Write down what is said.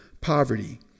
poverty